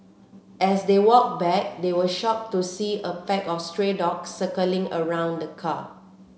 as they walked back they were shocked to see a pack of stray dogs circling around the car